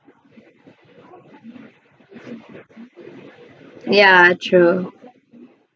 ya true